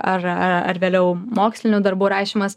ar ar ar vėliau mokslinių darbų rašymas